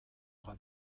dra